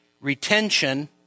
retention